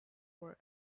were